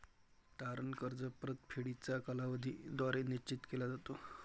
तारण कर्ज परतफेडीचा कालावधी द्वारे निश्चित केला जातो